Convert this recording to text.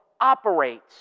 operates